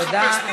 תודה,